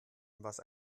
was